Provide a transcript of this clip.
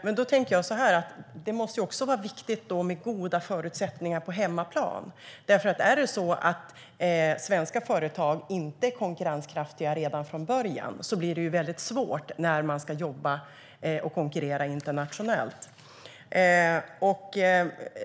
Men det måste också vara viktigt med goda förutsättningar på hemmaplan. Om svenska företag inte är konkurrenskraftiga redan från början blir det väldigt svårt när de ska jobba och konkurrera internationellt.